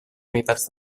unitats